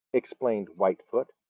explained whitefoot.